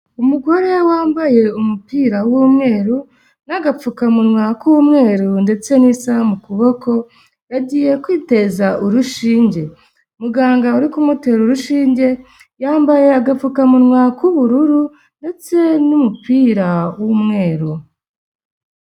Umugore wambaye umupira w'umweru n'agapfukamunwa k'umweru ndetse n'isaha mu kuboko yagiye kwiteza urushinge, muganga uri kumutera urushinge yambaye agapfukamunwa k'ubururu ndetse n'umupira w'umweru.